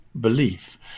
belief